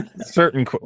certain